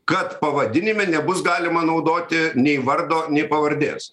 kad pavadinime nebus galima naudoti nei vardo nei pavardės